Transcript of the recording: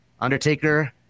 Undertaker